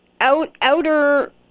outer